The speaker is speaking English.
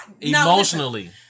Emotionally